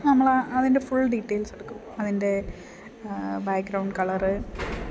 നമ്മൾ ആ അതിൻ്റെ ഫുൾ ഡീറ്റേയ്ൽസ് എടുക്കും അതിൻ്റെ ബാഗ്രൗണ്ട് കളറ്